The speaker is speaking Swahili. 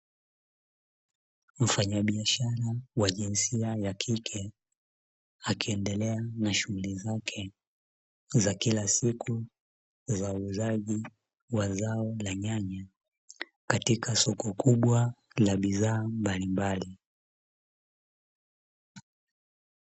Mfanyabiashara wa jinsia ya kike, akiendelea na shughuli zake za kila siku, za uuzaji wa zao la nyanya katika soko kubwa na bidhaa mbalimbali.